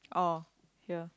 oh here